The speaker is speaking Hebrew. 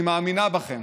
אני מאמינה בכם